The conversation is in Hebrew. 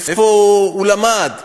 איפה הוא למד,